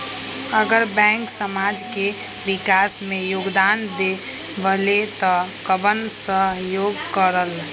अगर बैंक समाज के विकास मे योगदान देबले त कबन सहयोग करल?